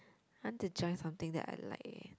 I want to join something that I like leh